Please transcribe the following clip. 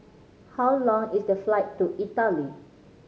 how long is the flight to Italy